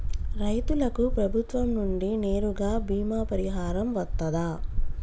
రైతులకు ప్రభుత్వం నుండి నేరుగా బీమా పరిహారం వత్తదా?